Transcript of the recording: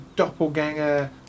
Doppelganger